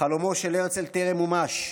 שחלומו של הרצל טרם מומש.